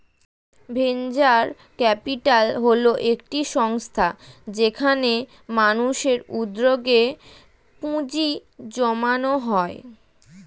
venture capital হল একটি সংস্থা যেখানে মানুষের উদ্যোগে পুঁজি জমানো হয়